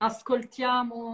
Ascoltiamo